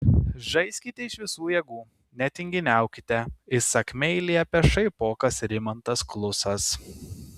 žaiskite iš visų jėgų netinginiaukite įsakmiai liepia šaipokas rimantas klusas